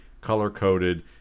color-coded